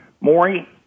Maury